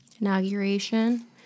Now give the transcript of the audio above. Inauguration